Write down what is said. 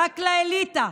רק לאליטה,